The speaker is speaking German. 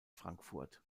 frankfurt